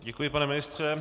Děkuji, pane ministře.